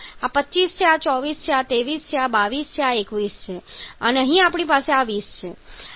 આ 25 છે આ 24 છે આ 23 છે આ 22 છે આ 21 છે અને અહીં આપણી પાસે 20 છે